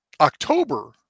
October